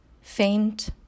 faint